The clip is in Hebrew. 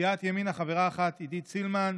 סיעת ימינה, חברה אחת, עידית סילמן,